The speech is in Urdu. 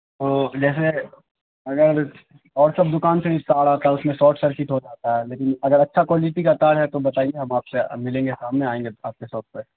وہ جیسے اگر اور سب دوکان سے جو تار آتا ہے اس میں شاٹ سرکٹ ہو جاتا ہے لیکن اگر اچھا کوالیٹی کا تار ہے تو بتائیے ہم آپ سے ملیں گے شام میں آئیں گے آپ کے شاپ پہ